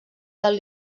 del